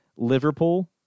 Liverpool